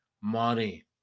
money